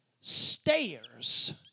stairs